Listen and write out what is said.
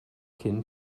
cyn